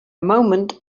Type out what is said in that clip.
moment